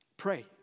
Pray